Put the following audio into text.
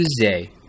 Tuesday